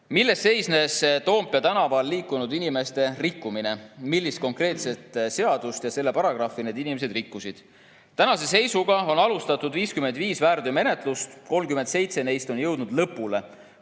"Milles seisnes Toompea tänaval liikunud inimeste rikkumine? Millist konkreetset seadust ja selle paragrahvi need inimesed rikkusid?" Tänase seisuga on alustatud 55 väärteomenetlust, 37 neist on jõudnud lõpule.